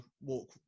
walk